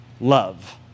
love